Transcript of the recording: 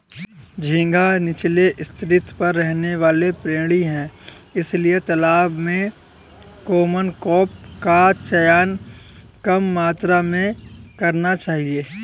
झींगा नीचले स्तर पर रहने वाला प्राणी है इसलिए तालाब में कॉमन क्रॉप का चयन कम मात्रा में करना चाहिए